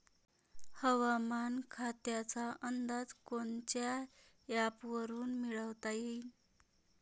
हवामान खात्याचा अंदाज कोनच्या ॲपवरुन मिळवता येईन?